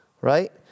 Right